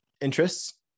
interests